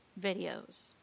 videos